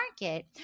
market